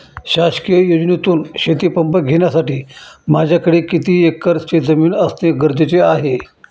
शासकीय योजनेतून शेतीपंप घेण्यासाठी माझ्याकडे किती एकर शेतजमीन असणे गरजेचे आहे?